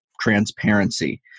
transparency